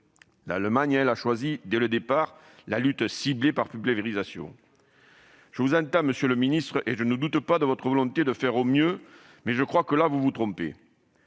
L'Allemagne a, elle, dès le départ, privilégié la lutte ciblée par pulvérisation. Je vous entends, monsieur le ministre, et je ne doute pas de votre volonté de faire au mieux, mais je crois que vous vous trompez.